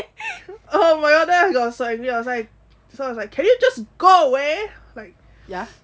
oh my god then I got so angry I was like can you just go away like